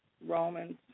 Romans